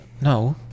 No